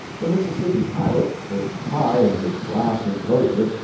the mississippi pilot, perched high in his glass inclosure,